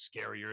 scarier